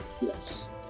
Yes